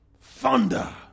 thunder